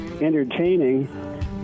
entertaining